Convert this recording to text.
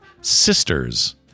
Sisters